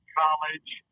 college